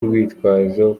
urwitwazo